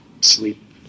sleep